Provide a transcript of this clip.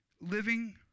living